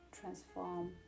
transform